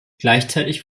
gleichzeitig